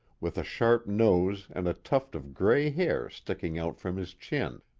with a sharp nose and a tuft of gray hair sticking out from his chin,